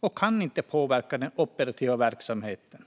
och inte kan påverka den operativa verksamheten.